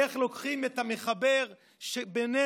איך לוקחים את המחבר בינינו,